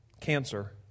cancer